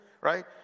right